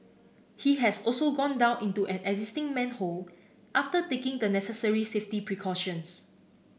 he has also gone down into an existing manhole after taking the necessary safety precautions